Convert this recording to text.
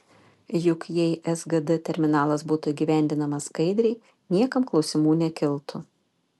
juk jei sgd terminalas būtų įgyvendinamas skaidriai niekam klausimų nekiltų